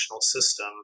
system